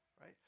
right